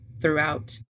throughout